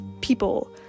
people